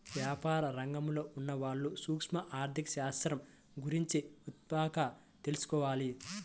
వ్యాపార రంగంలో ఉన్నవాళ్ళు సూక్ష్మ ఆర్ధిక శాస్త్రం గురించి తప్పక తెలుసుకోవాలి